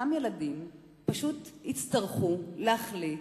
אותם ילדים, פשוט יצטרכו להחליט.